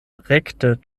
rekte